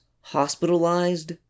hospitalized